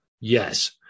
Yes